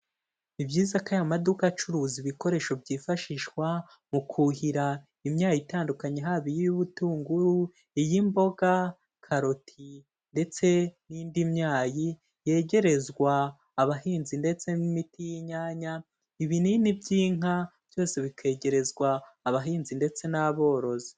Ni byiza ko aya maduka acuruza ibikoresho byifashishwa mu kuhira imyayi itandukanye, haba iy'ubutunguru, iy'imboga, karoti ndetse n'indi myayi, yegerezwa abahinzi ndetse n'imiti y'inyanya, ibinini by'inka, byose bikegerezwa abahinzi ndetse n'aborozi.